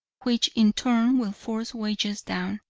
which, in turn, will force wages down.